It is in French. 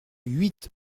huit